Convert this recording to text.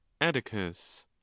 atticus